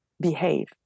behave